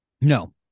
no